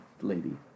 lady